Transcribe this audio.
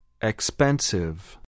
Expensive